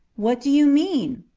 what do you mean.